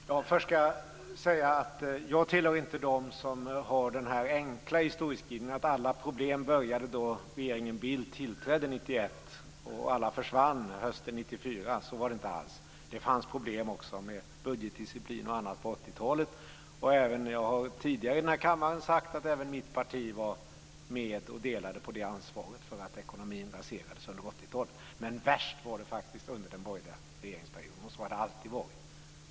Fru talman! Först ska jag säga att jag inte tillhör dem som gör den enkla historieskrivningen att alla problem började då regeringen Bildt tillträdde 1991 och att alla försvann hösten 1994. Så var det inte alls. Det fanns problem även på 80-talet med budgetdisciplin och annat. Jag har även tidigare i denna kammare sagt att också mitt parti var med och delade på ansvaret för att ekonomin raserades under 80-talet. Men värst var det faktiskt under den borgerliga regeringsperioden - och så har det alltid varit.